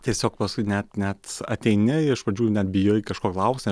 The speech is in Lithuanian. tiesiog paskui net net ateini iš pradžių net bijojai kažko klausti